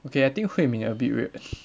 okay I think hui min a bit weird